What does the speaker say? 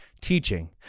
teaching